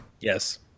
Yes